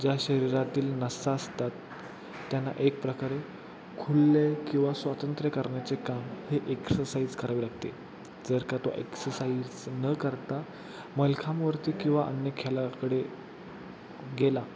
ज्या शरीरातील नसा असतात त्यांना एक प्रकारे खुले किंवा स्वातंत्र्य करण्याचे काम हे एक्सरसाइज करावी लागते जर का तो एक्सरसाइज न करता मलखांबावरती किंवा अन्य खेळाकडे गेला